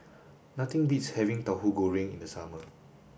nothing beats having Tauhu Goreng in the summer